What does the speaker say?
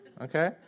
Okay